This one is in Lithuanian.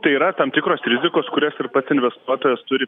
tai yra tam tikros rizikos kurias ir pats investuotojas turi